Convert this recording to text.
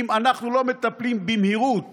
אם אנחנו לא מטפלים במהירות